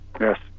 Yes